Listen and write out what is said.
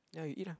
ya you eat lah